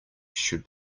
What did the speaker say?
should